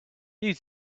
you